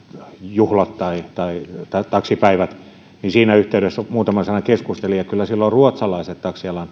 juhlat tai tai taksipäivät siinä yhteydessä muutaman sanan keskustelin niin kyllä silloin ruotsalaiset taksi